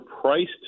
priced